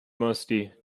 musty